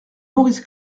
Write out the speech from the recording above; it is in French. maurice